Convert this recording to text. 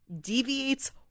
deviates